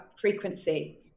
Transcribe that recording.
frequency